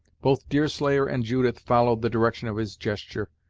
both deerslayer and judith followed the direction of his gesture,